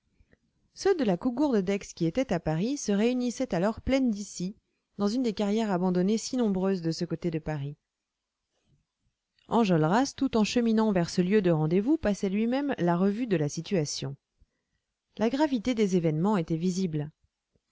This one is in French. ceux de la cougourde d'aix qui étaient à paris se réunissaient alors plaine d'issy dans une des carrières abandonnées si nombreuses de ce côté de paris enjolras tout en cheminant vers ce lieu de rendez-vous passait en lui-même la revue de la situation la gravité des événements était visible